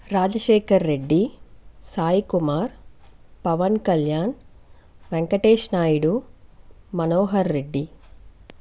Rajasekhar Reddy Sai Kumar Pawan Kalyan Venkatesh Naidu Manohar Reddy